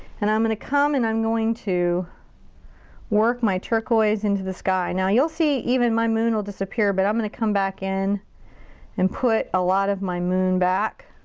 and i'm gonna come and i'm going to work my turquoise into the sky. now you'll see, even my moon will disappear, but i'm gonna come back in and put a lot of my moon back.